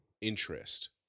interest